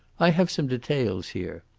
i have some details here.